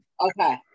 Okay